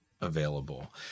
available